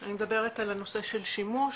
אני מדברת על הנושא של שימוש,